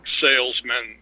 salesmen